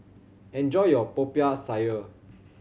enjoy your Popiah Sayur